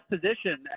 position